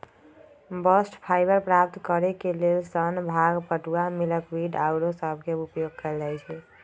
bast fibre प्राप्त करेके लेल सन, भांग, पटूआ, मिल्कवीड आउरो सभके उपयोग कएल जाइ छइ